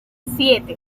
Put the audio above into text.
siete